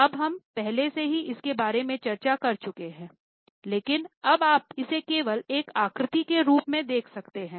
अब हम पहले से ही इसके बारे में चर्चा कर चुके हैं लेकिन अब आप इसे केवल एक आकृति के रूप में देख सकते हैं